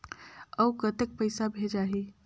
अउ कतेक पइसा भेजाही?